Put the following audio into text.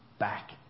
back